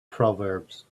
proverbs